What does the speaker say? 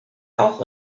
auch